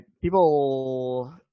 people